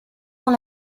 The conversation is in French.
dans